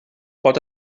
pot